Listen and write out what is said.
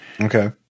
Okay